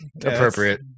appropriate